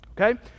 Okay